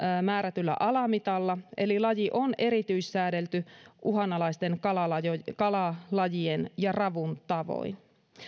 määrätyllä alamitalla eli laji on erityissäädelty uhanalaisten kalalajien kalalajien ja ravun tavoin